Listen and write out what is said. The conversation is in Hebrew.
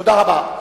תודה רבה.